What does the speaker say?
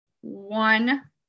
one